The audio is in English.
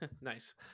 nice